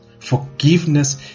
Forgiveness